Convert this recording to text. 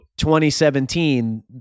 2017